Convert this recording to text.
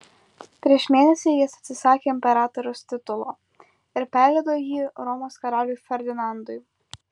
prieš mėnesį jis atsisakė imperatoriaus titulo ir perleido jį romos karaliui ferdinandui